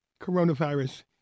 coronavirus